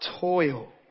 toil